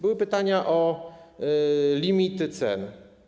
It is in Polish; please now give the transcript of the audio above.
Były pytania o limity cen.